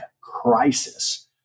crisis